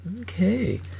Okay